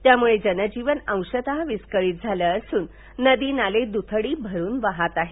यामुळे जनजीवन अंशतः विस्कळीत झाल असून नदी नाले दुधडी भरून वाहत आहेत